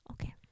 Okay